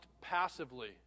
passively